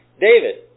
David